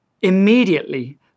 Immediately